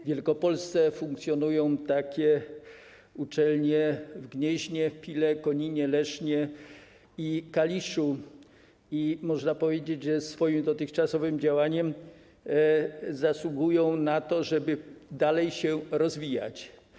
W Wielkopolsce funkcjonują takie uczelnie w Gnieźnie, Pile, Koninie, Lesznie i Kaliszu i można powiedzieć, że dzięki swojemu dotychczasowemu działaniu zasługują na to, żeby dalej się rozwijać.